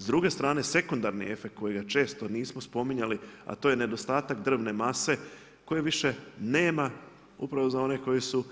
S druge strane, sekundarni efekt kojega često nismo spominjali, a to je nedostatak drvne mase koji više nema upravo za one koji su